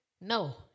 No